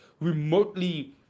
remotely